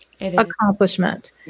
accomplishment